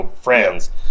friends